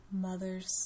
mothers